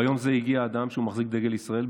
ביום זה הגיע אדם כשהוא מחזיק דגל ישראל,